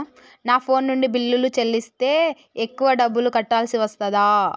నా ఫోన్ నుండి బిల్లులు చెల్లిస్తే ఎక్కువ డబ్బులు కట్టాల్సి వస్తదా?